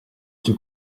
cyo